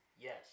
Yes